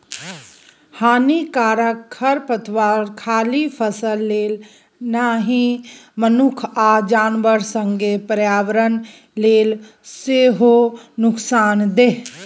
हानिकारक खरपात खाली फसल लेल नहि मनुख आ जानबर संगे पर्यावरण लेल सेहो नुकसानदेह